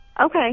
okay